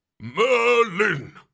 Merlin